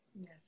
Yes